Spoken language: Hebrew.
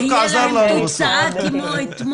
בעזרת השם עם כל התחלואות של הכנסת,